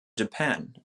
japan